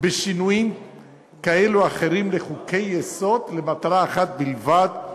בשינויים כאלה ואחרים של חוקי-יסוד למטרה אחת בלבד,